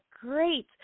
great